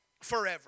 forever